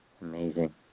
Amazing